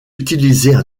utiliser